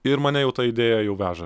ir mane jau ta idėja jau veža